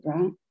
right